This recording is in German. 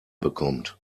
bekommt